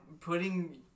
putting